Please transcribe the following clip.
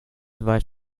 weit